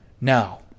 Now